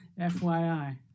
FYI